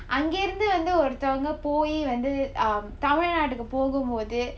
அங்கேருந்து வந்து ஒருத்தவங்க போய் வந்து:angaerunthu vanthu oruthavanga poi vanthu um tamil nadu க்கு போகும் போது:kku pogum pothu